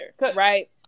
right